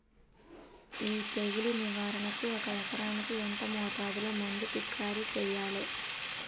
ఈ తెగులు నివారణకు ఒక ఎకరానికి ఎంత మోతాదులో మందు పిచికారీ చెయ్యాలే?